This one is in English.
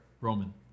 Roman